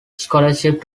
scholarship